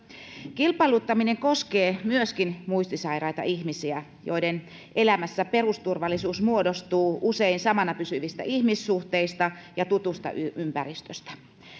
kilpailuttaminen koskee myöskin muistisairaita ihmisiä joiden elämässä perusturvallisuus muodostuu usein samoina pysyvistä ihmissuhteista ja tutusta ympäristöstä